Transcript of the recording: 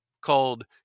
called